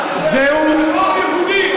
טרור יהודי.